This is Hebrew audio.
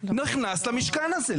נכנס למשכן הזה?